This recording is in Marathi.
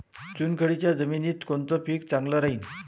चुनखडीच्या जमिनीत कोनचं पीक चांगलं राहीन?